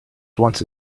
once